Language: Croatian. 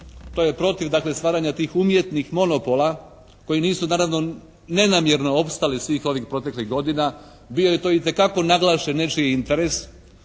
To je protiv dakle stvaranja tih umjetnih monopola koji nisu naravno nenamjerno opstali svih ovih proteklih godina. Bio je to itekako naglašen nečiji interes